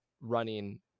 running